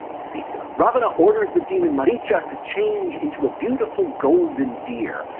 sita. ravana orders the demon maricha to change into a beautiful golden deer,